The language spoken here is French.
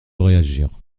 réagir